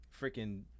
freaking